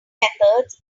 methods